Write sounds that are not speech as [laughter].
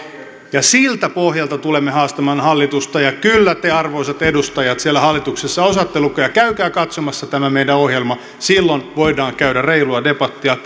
ja siltä pohjalta tulemme haastamaan hallitusta ja kyllä te arvoisat edustajat siellä hallituksessa osaatte lukea käykää katsomassa tämä meidän ohjelmamme silloin voidaan käydä reilua debattia [unintelligible]